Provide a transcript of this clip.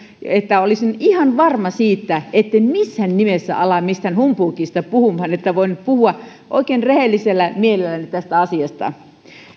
että olisin ihan varma siitä etten missään nimessä ala mistään humpuukista puhumaan että voin puhua oikein rehellisellä mielellä tästä asiasta